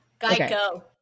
Geico